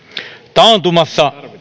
taantumassa